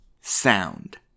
sound